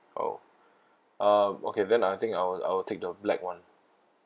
oh uh okay then I think I'll I'll take the black [one]